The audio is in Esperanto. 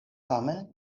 tamen